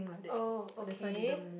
oh okay